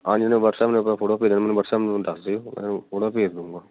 ਆ ਜਾਣੀਆਂ ਵਟਸਐਪ ਦੇ ਉੱਪਰ ਫੋਟੋਆਂ ਭੇਜ ਰਿਹਾਂ ਮੈਨੂੰ ਵਟਸਐਪ ਨੰਬਰ ਦੱਸ ਦਿਓ ਮੈਂ ਫੋਟੋਆਂ ਭੇਜ ਦੂੰਗਾ